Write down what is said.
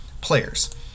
players